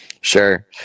Sure